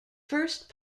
first